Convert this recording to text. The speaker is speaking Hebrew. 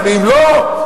מצביעים לא?